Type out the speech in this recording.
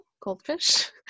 goldfish